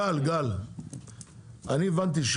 גל, אני הבנתי,